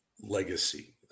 legacy